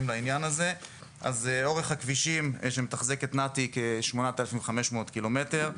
אורך הכבישים שמתחזקת נת"י הוא כ-8,500 ק"מ.